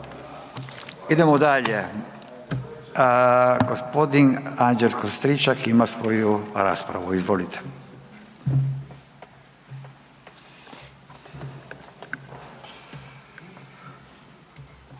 Idemo dalje, g. Anđelko Stričak ima svoju raspravu, izvolite.